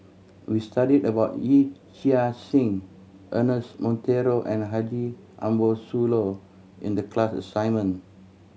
we studied about Yee Chia Hsing Ernest Monteiro and Haji Ambo Sooloh in the class assignment